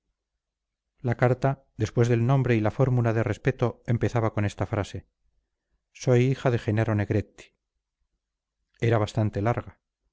la carta después del nombre y la fórmula de respeto empezaba con esta frase soy la hija de jenaro negretti era bastante larga